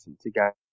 together